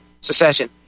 secession